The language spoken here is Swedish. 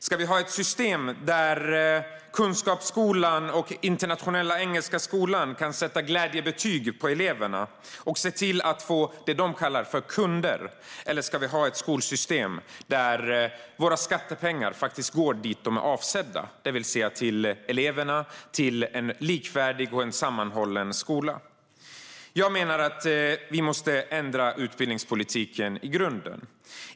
Ska vi ha ett system där Kunskapsskolan och Internationella Engelska Skolan kan sätta glädjebetyg på eleverna och se till att få vad de kallar "kunder"? Eller ska vi ha ett skolsystem där våra skattepengar går dit de är avsedda, det vill säga till eleverna och till en likvärdig och sammanhållen skola? Jag menar att vi måste ändra utbildningspolitiken i grunden.